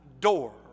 door